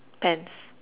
pants